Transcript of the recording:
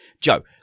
Joe